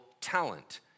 talent